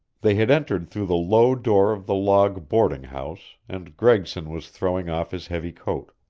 they had entered through the low door of the log boarding-house and gregson was throwing off his heavy coat.